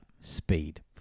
Speed